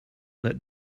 that